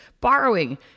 borrowing